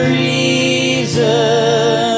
reason